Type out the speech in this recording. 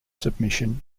submission